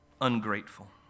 Ungrateful